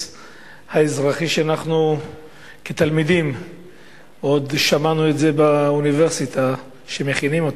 האזרחי שאנחנו עוד כתלמידים באוניברסיטה שמענו שמכינים אותו.